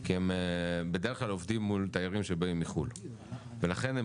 כי הם בדרך כלל עובדים מול תיירים שבאים מחו"ל ולכן הם